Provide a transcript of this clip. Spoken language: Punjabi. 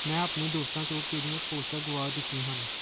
ਮੈਂ ਆਪਣੇ ਦੋਸਤਾਂ ਤੋਂ ਕਿਹੜੀਆਂ ਪੋਸਟਾਂ ਗੁਆ ਦਿੱਤੀਆਂ ਹਨ